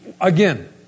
again